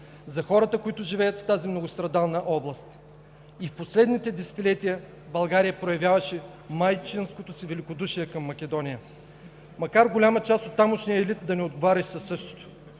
за хората, които живеят в тази многострадална област. И в последните десетилетия България проявяваше майчинското си великодушие към Македония, макар голям част от тамошния елит да не отговаряше със същото.